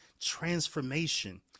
transformation